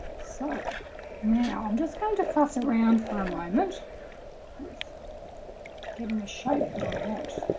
so now i'm just going to fuss around for a moment with giving a shape that i want.